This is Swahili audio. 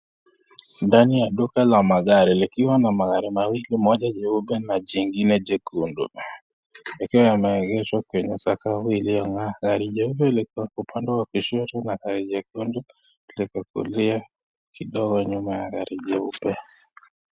Ndani ya duka la magari likiwa na magari mawili moja jeupe na jingine jekundu yakiwa yameegeshwa kwenye sakafu iliyong'aa. Gari jeupe likiwa upande wa kushoto na gari jekundu liko kulia liko nyuma ya gari jeupe.